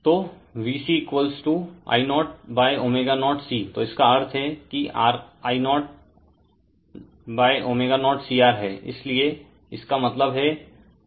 तो VC I0 ω0C तो इसका अर्थ हैं कि RI0ω0CR है इसलिए इसका मतलब है VC QV